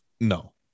No